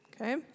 okay